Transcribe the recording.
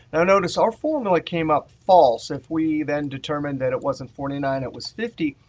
now notice, our formula came up false. if we then determined that it wasn't forty nine, it was fifty,